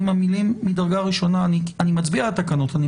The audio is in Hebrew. אני מפיל אותן.